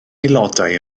aelodau